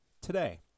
today